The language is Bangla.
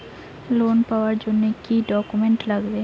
লোন পাওয়ার জন্যে কি কি ডকুমেন্ট লাগবে?